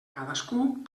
cadascú